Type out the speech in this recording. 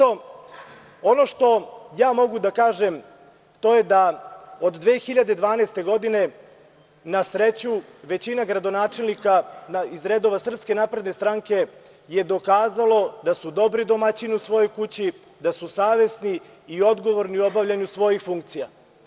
Ono što mogu da kažem to je da od 2012. godine na sreću većina gradonačelnika iz redova SNS je dokazalo da su dobri domaćini u svojoj kući, da su savesni i odgovorni u obavljanju svojih funkcija.